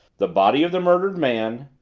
the body of the murdered man.